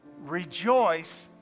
Rejoice